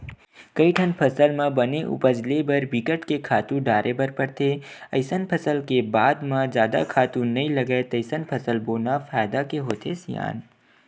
कइठन फसल म बने उपज ले बर बिकट के खातू डारे बर परथे अइसन फसल के बाद म जादा खातू नइ लागय तइसन फसल बोना फायदा के होथे सियान